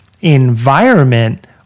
environment